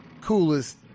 coolest